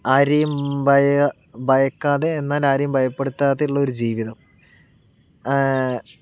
ആരെയും ഭയ ഭയക്കാതെ എന്നാൽ ആരെയും ഭയപ്പെടുത്താതെ ഉള്ള ഒരു ജീവിതം